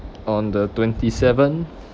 on the twenty seventh